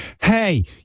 Hey